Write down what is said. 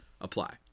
apply